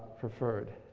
preferred.